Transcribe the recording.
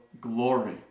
glory